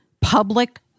Public